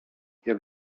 jak